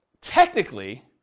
technically